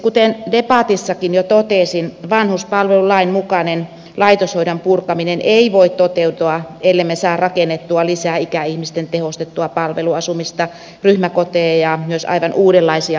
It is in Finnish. kuten debatissakin jo totesin vanhuspalvelulain mukainen laitoshoidon purkaminen ei voi toteutua ellemme saa rakennettua lisää ikäihmisten tehostettua palveluasumista ryhmäkoteja ja myös aivan uudenlaisia asumisyhteisöjä